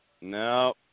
No